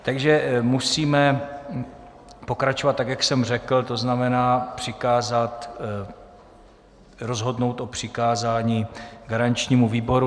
Takže musíme pokračovat tak, jak jsem řekl, to znamená přikázat, rozhodnout o přikázání garančnímu výboru.